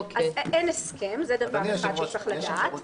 אין הסכם, זה דבר אחד שצריך לדעת.